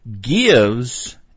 gives